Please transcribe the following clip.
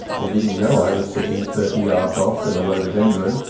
they didnat know i was sitting thirty yards off in a rhododendron.